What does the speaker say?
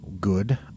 good